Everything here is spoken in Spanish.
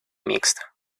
mixta